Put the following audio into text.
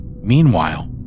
Meanwhile